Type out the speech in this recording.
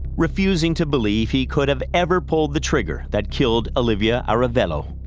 refusing to believe he could have ever pulled the trigger that killed olivia arevalo.